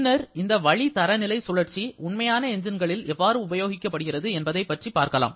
பின்னர் இந்த வளி தரநிலை சுழற்சி உண்மையான எஞ்சின்களில் எவ்வாறு உபயோகிக்கப்படுகிறது என்பதை பற்றி பார்க்கலாம்